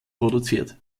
produziert